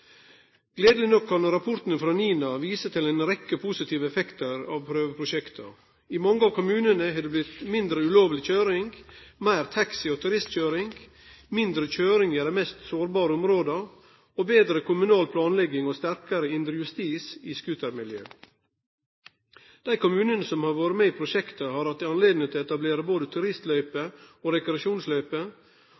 Gledeleg nok kan rapportane frå NINA vise til ei rekkje positive effektar av prøveprosjekta. I mange av kommunane har det blitt mindre ulovleg kjøring, meir taxi- og turistkjøring, mindre kjøring i dei mest sårbare områda, betre kommunal planlegging og ein sterkare indre justis i scootermiljøa. Dei kommunane som har vore med i prosjektet, har hatt høve til å etablere både